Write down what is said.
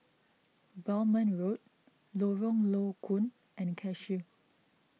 Belmont Road Lorong Low Koon and Cashew